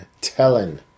telling